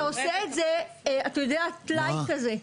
אתה עושה את זה טלאי כזה.